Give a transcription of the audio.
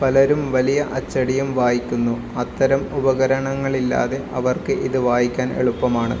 പലരും വലിയ അച്ചടിയും വായിക്കുന്നു അത്തരം ഉപകരണങ്ങളില്ലാതെ അവർക്ക് ഇത് വായിക്കാൻ എളുപ്പമാണ്